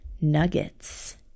Nuggets